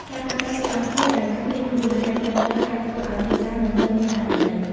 ការប្រើប្រាស់ពាក្យអង់គ្លេសដោយគ្មានមូលហេតុត្រឹមត្រូវអាចធ្វើឱ្យភាសាមិនសូវមានអត្ថន័យ។